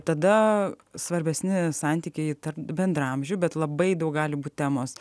tada svarbesni santykiai tarp bendraamžių bet labai daug gali būti temos